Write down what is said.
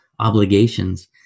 obligations